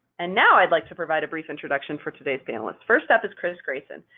and now i'd like to provide a brief introduction for today's panelists. first up is chris greacen,